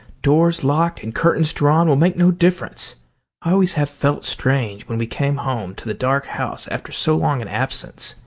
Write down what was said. doors locked and curtains drawn will make no difference. i always have felt strange when we came home to the dark house after so long an absence,